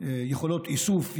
יכולות איסוף,